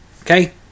Okay